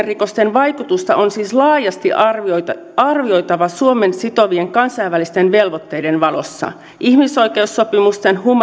rikosten vaikutusta on siis laajasti arvioitava arvioitava suomen sitovien kansainvälisten velvoitteiden valossa ihmisoikeussopimusten